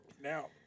now